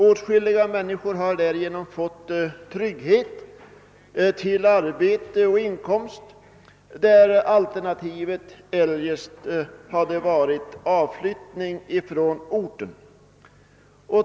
Åtskilliga människor har därigenom fått trygghet till arbete och inkomst, där alternativet eljest hade varit utflyttning från orten.